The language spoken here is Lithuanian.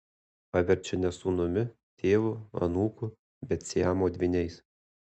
paverčia ne sūnumi tėvu anūku bet siamo dvyniais